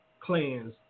clans